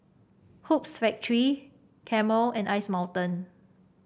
Hoops Factory Camel and Ice Mountain